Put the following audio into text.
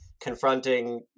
confronting